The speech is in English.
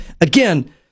again